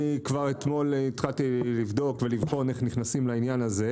אני כבר אתמול התחלתי לבדוק ולבחון איך נכנסים לעניין הזה,